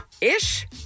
Ish